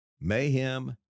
mayhem